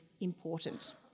important